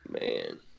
Man